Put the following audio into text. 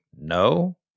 no